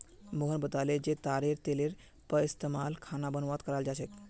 मोहन बताले जे तारेर तेलेर पइस्तमाल खाना बनव्वात कराल जा छेक